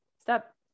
stop